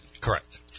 Correct